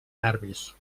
nervis